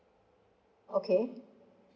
okay